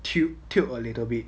tilt tilt a little bit